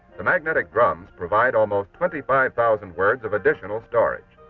the magnetic drums provide almost twenty five thousand words of additional storage.